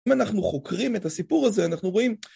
אם אנחנו חוקרים את הסיפור הזה, אנחנו רואים...